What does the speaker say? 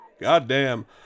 Goddamn